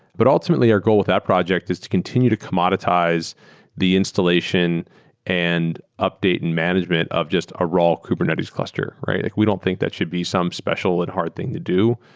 but ultimately our goal with that project is to continue to commoditize the installation and update and management of just a raw kubernetes cluster. like we don't think that should be some special and hard thing to do.